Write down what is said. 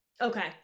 Okay